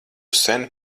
sen